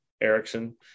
Erickson